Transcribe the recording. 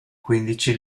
quindici